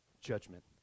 judgment